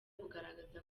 bugaragaza